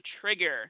trigger